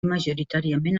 majoritàriament